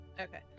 Okay